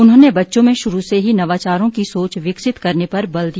उन्होंने बच्चों में शुरू से ही नवाचारों की सोच विकसित करने पर बल दिया